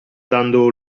dando